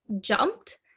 jumped